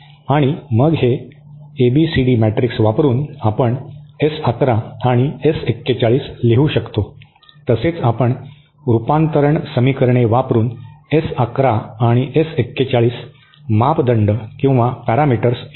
आणि मग हे एबीसीडी मॅट्रिक्स वापरुन आपण एस 11 आणि एस 41 लिहू शकतो तसेच आपण रूपांतरण समीकरणे वापरुन एस 11 आणि एस 41 मापदंड शोधू शकतो